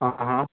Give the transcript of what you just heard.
हां हां